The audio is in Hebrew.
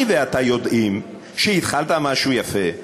אני ואתה יודעים שהתחלת משהו יפה.